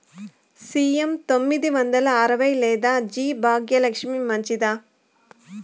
CM తొమ్మిది వందల అరవై లేదా జి భాగ్యలక్ష్మి మంచిదా?